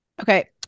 okay